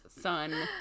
son